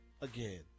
Again